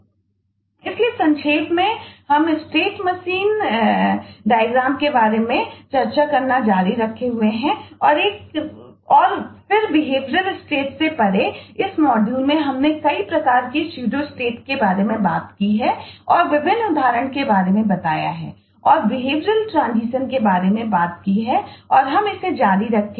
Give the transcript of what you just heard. इसलिए संक्षेप में हम स्टेट मशीन डायग्राम के बारे में बात करते हैं